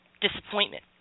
disappointment